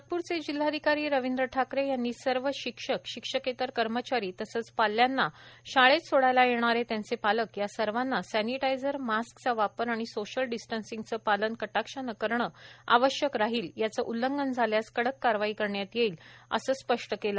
नागप्रचे जिल्हाधिकारी रवींद्र ठाकरे यांनी सर्व शिक्षक शिक्षकेतर कर्मचारी तसेच पाल्यांना शाळेत सोडायला येणारे त्यांचे पालक या सर्वांना सॅनेटायझर मास्कचा वापर आणि सोशल डिस्टंसिंगच पालन कटाक्षाने करणे आवश्यक राहील याचे उल्लघंन झाल्यास कडक कारवाई करण्यात येईल असेही जिल्हाधिकारी यांनी स्पष्ट केलं